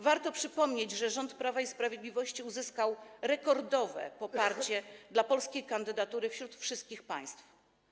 Warto przypomnieć, że rząd Prawa i Sprawiedliwości uzyskał rekordowe poparcie dla polskiej kandydatury wśród wszystkich państw.